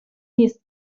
نیست